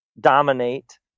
dominate